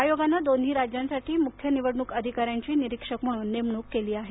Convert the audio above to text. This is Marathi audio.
आयोगानं दोन्ही राज्यांसाठी मुख्य निवडणूक अधिकाऱ्यांची निरीक्षक म्हणून नेमणूक केली आहे